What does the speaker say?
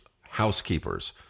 housekeepers